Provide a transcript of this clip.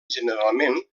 generalment